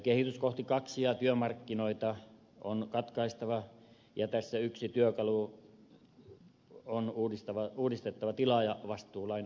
kehitys kohti kaksia työmarkkinoita on katkaistava ja tässä yksi työkalu on tilaajavastuulain uudistaminen